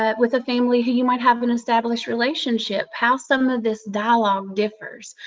ah with a family who you might have an established relationship, how some of this dialog differs.